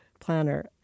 planner